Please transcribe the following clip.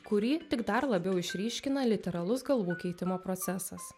kurį tik dar labiau išryškina literalus galvų keitimo procesas